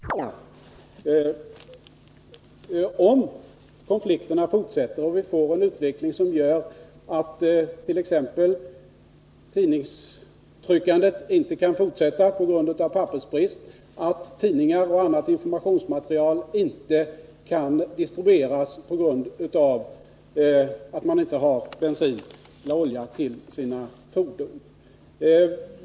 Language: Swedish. Fru talman! Jag tackar för dessa kompletterande kommentarer. Det är naturligtvis bra att man nu hos inblandade parter har insett hur barockt det är att försöka använda stridsåtgärder för att åstadkomma något slags förhandscensur över vad som skall få yttras eller publiceras i vårt land. Men det är naturligtvis väldigt illa om — ifall konflikterna fortsätter — vi får en utveckling som gör attt.ex. tidningstryckandet inte kan fortsätta på grund av pappersbrist eller att tidningar och annat informationsmaterial inte kan distribueras på grund av att man inte har bensin och olja till sina fordon.